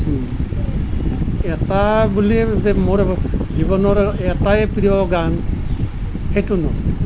এটা বুলি যে মোৰ জীৱনৰ এটাই প্ৰিয় গান সেইটো নহয়